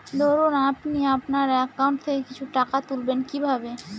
ধরুন আপনি আপনার একাউন্ট থেকে কিছু টাকা তুলবেন কিভাবে?